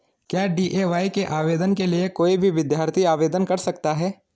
क्या डी.ए.वाय के आवेदन के लिए कोई भी विद्यार्थी आवेदन कर सकता है?